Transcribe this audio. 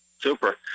Super